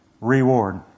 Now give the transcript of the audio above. reward